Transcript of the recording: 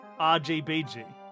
RGBG